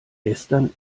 gestern